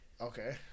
Okay